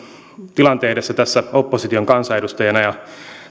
tilanteen edessä tässä opposition kansanedustajana ja